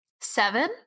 Seven